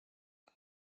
det